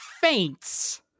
faints